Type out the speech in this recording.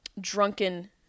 drunken